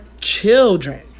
children